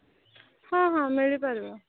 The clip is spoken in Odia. ହଁ ହଁ ମିଳିପାରିବ